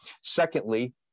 Secondly